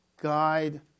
guide